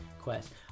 quest